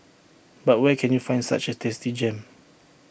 but where can you find such A tasty gem